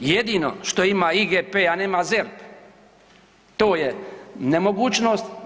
Jedino što ima IGP a nema ZERP to je nemogućnost.